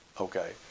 Okay